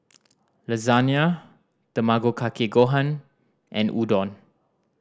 Lasagne Tamago Kake Gohan and Udon